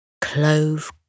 Clove